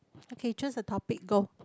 okay choose the topic go